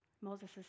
Moses